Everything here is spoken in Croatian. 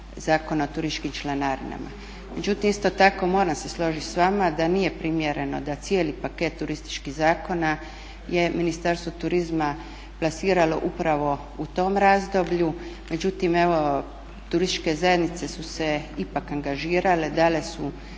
Zakona o turističkim članarinama. Međutim, isto tako moram se složit s vama da nije primjereno da cijeli paket turističkih zakona je Ministarstvo turizma plasiralo upravo u tom razdoblju, međutim evo turističke zajednice su se ipak angažirale, dale su